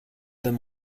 them